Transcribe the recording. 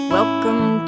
Welcome